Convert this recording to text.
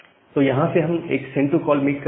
तो यहां से हम एक सेंड टू कॉल मेक कर रहे हैं